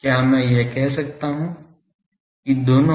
तो क्या मैं कह सकता हूं कि दोनों